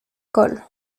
col